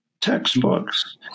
textbooks